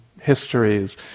histories